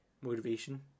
motivation